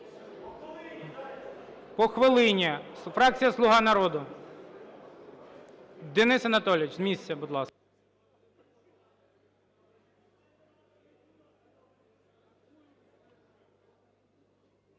По хвилині. Фракція "Слуга народу". Денис Анатолійович, з місця, будь ласка.